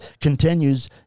continues